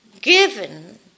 given